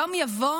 יום יבוא